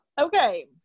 okay